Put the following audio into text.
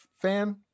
fan